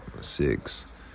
six